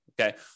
Okay